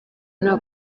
nta